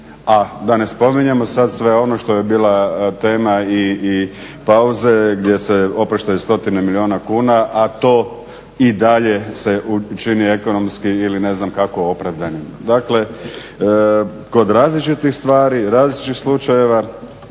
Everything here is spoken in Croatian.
A da ne spominjemo sad sve ono što je bila tema i pauze gdje se opraštaju stotine milijuna kuna, a to i dalje se čini ekonomski ili ne znam kako opravdanim. Dakle kod različitih stvari, različitih slučajeva,